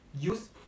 use